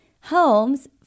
homes